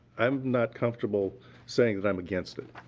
i'm not comfortable saying that i'm against it.